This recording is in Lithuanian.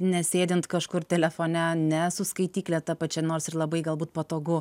ne sėdint kažkur telefone ne su skaitykle ta pačia nors ir labai galbūt patogu